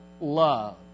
love